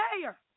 mayor